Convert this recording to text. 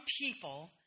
people